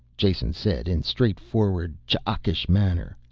jason said, in straightforward, ch'akaish manner.